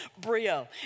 Brio